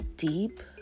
deep